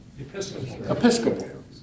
Episcopal